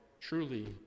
truly